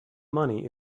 money